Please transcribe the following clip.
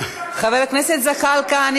חבר הכנסת זחאלקה,